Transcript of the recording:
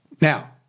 Now